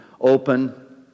open